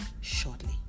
shortly